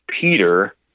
Peter